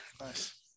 Nice